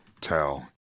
tell